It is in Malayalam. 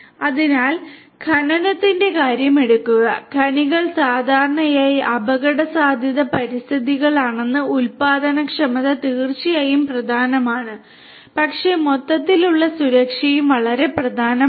അതിനാൽ ഖനനത്തിൻറെ കാര്യമെടുക്കുക ഖനികൾ സാധാരണയായി അപകടസാധ്യതയുള്ള പരിതസ്ഥിതികളാണെന്ന് ഉൽപാദനക്ഷമത തീർച്ചയായും പ്രധാനമാണ് പക്ഷേ മൊത്തത്തിലുള്ള സുരക്ഷയും വളരെ പ്രധാനമാണ്